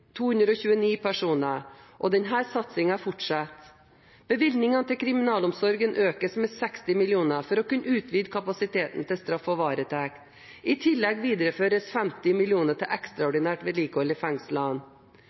229 personer. Denne satsingen fortsetter. Bevilgningene til kriminalomsorgen økes med 60 mill. kr for å kunne utvide kapasiteten til straff og varetekt. I tillegg videreføres 50 mill. kr til ekstraordinært vedlikehold i